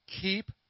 Keep